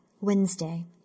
Wednesday